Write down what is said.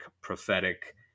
prophetic